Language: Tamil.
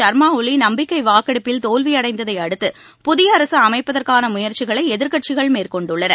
சர்மா ஒலி நம்பிக்கை வாக்கெடுப்பில் தோல்வி அடைந்ததை அடுத்து புதிய அரசு அமைப்பதற்கான முயற்சிகளை எதிர்க்கட்சிகள் மேற்கொண்டுள்ளன